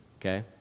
Okay